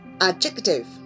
Adjective